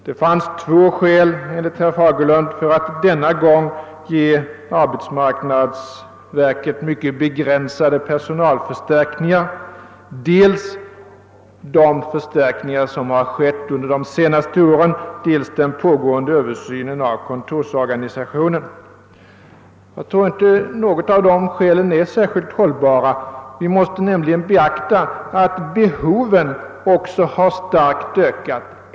Det fanns enligt herr Fagerlund två skäl för att denna gång ge arbetsmarknadsverket mycket begränsade personalförstärkningar: dels den utbyggnad som skett under de senaste åren, dels den pågående översynen av kontorsorganisationen. Jag tror inte att något av dessa skäl är särskilt hållbart. Vi måste nämligen beakta att behovet också har starkt ökat.